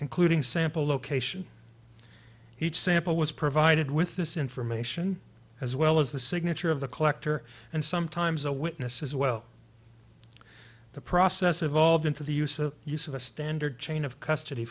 including sample location each sample was provided with this information as well as the signature of the collector and sometimes a witness as well the process evolved into the use of use of a standard chain of custody